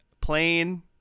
plane